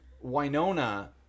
Winona